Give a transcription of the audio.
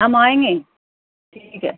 ہم آئیں گے ٹھیک ہے